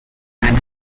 and